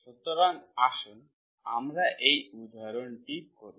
সুতরাং আসুন আমরা এই উদাহরণটি করি